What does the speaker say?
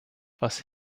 was